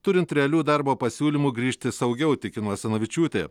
turint realių darbo pasiūlymų grįžti saugiau tikino asanavičiūtė